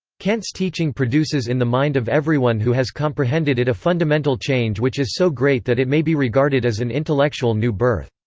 kant's teaching produces in the mind of everyone who has comprehended it a fundamental change which is so great that it may be regarded as an intellectual new-birth.